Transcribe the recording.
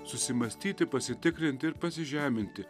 susimąstyti pasitikrinti ir pasižeminti